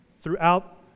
throughout